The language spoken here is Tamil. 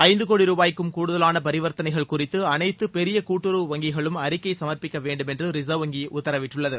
ஐந்து கோடி ரூபாய்க்கும் கூடுதவான பரிவர்த்தனைகள் குறித்து அனைத்து பெரிய கூட்டுறவு வங்கிகளும் அறிக்கை சமர்ப்பிக்க வேண்டும் என்று ரிசர்வ் வங்கி உத்தரவிட்டுள்ளது